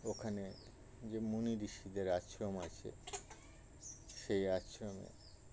ওখানে যে মুনি ঋষিদের আশ্রম আছে সেই আশ্রমে